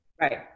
Right